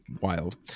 wild